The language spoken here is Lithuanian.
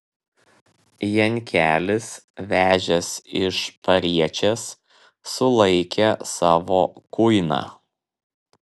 jankelis vežęs iš pariečės sulaikė savo kuiną